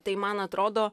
tai man atrodo